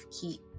keep